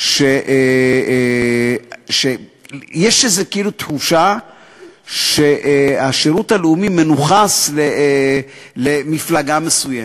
שיש כאילו תחושה שהשירות הלאומי מנוכס למפלגה מסוימת,